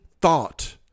thought